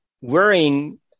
wearing